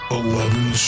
eleven